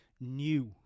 new